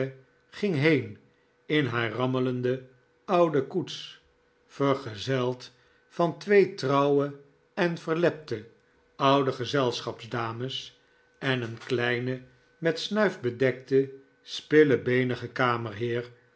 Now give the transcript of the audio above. ging heen in haar rammelende oude koets vergezeld van twee trouwe en verlepte oude gezelschapsdames en een kleinen met snuif bedekten spillebeenigen